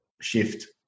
shift